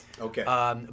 Okay